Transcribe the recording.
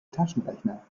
taschenrechner